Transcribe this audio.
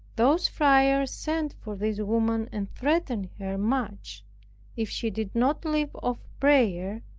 those friars sent for this woman, and threatened her much if she did not leave off prayer,